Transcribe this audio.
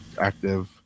active